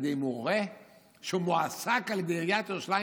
על ידי מורה שמועסק על ידי עיריית ירושלים